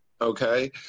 Okay